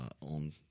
on